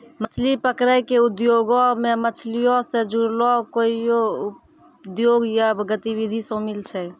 मछली पकरै के उद्योगो मे मछलीयो से जुड़लो कोइयो उद्योग या गतिविधि शामिल छै